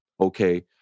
okay